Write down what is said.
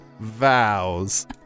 vows